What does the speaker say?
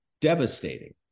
devastating